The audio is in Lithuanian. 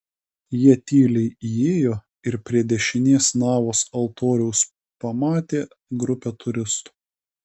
jie tyliai įėjo ir prie dešinės navos altoriaus pamatė grupę turistų